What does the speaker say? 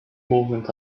movement